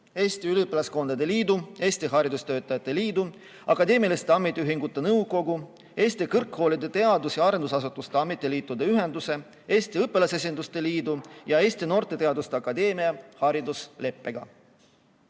Eesti Üliõpilaskondade Liidu, Eesti Haridustöötajate Liidu, Akadeemiliste Ametiühingute Nõukogu, Eesti Kõrgkoolide, Teadus- ja Arendusasutuste Ametiliitude Ühenduse, Eesti Õpilasesinduste Liidu ja Eesti Noorte Teaduste Akadeemia haridusleppega.